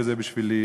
וזה בשבילי